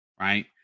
right